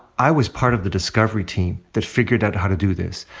i was part of the discovery team that figured out how to do this.